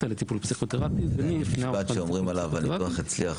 לטיפול פסיכותרפי ומי הפנה אותך לטיפול פסיכותרפי,